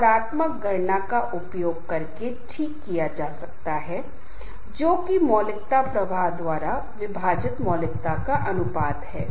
सामाजिक सत्यापन व्यक्ति को अपने दृष्टिकोण और मूल्यों को सही ठहराने की अनुमति देता है जबकि सामाजिक तुलना व्यक्तियों को दूसरों की तुलना करके अपने कार्यों का मूल्यांकन करने में मदद करती है